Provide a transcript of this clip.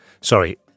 Sorry